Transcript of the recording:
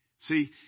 See